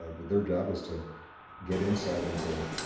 ah that their job is to get insight into